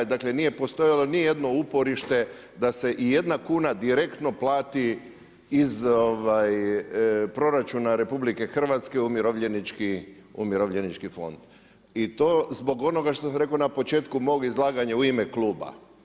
Dakle, nije postojalo ni jedno uporište da se i jedna kuna direktno plati iz proračuna RH u Umirovljenički fond i to zbog onoga što sam rekao na početku mog izlaganja u ime kluba.